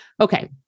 Okay